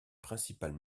principales